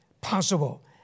possible